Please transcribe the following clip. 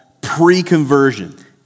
pre-conversion